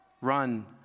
run